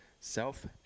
Self